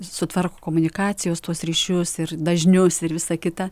sutvarko komunikacijos tuos ryšius ir dažnius ir visa kita